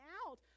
out